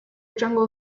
jungle